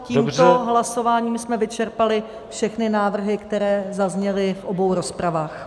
Tímto hlasováním jsme vyčerpali všechny návrhy, které zazněly v obou rozpravách.